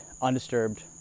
undisturbed